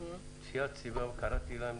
קראתי להם,